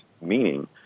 meaning